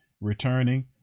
returning